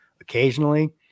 occasionally